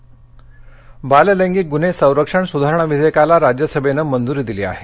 POCSO बाल लैंगिक गुन्हे संरक्षण सुधारणा विधेयकाला राज्यसभेनं मंजुरी दिली आहे